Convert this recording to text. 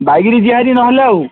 ବାଇକରେ ଯିବା ହେରି ନହେଲେ ଆଉ